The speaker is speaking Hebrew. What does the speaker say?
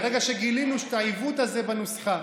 ברגע שגילינו את העיוות הזה בנוסחה,